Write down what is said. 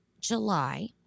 July